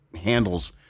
handles